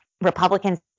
Republicans